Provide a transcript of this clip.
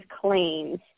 claims